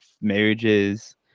marriages